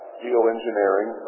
geoengineering